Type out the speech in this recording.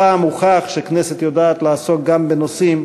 הפעם הוכח שהכנסת יודעת לעסוק גם בנושאים